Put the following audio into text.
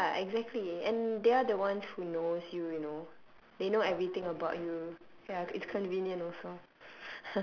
ya exactly and they are the ones who knows you you know they know everything about you ya it's convenient also